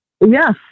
yes